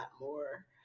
more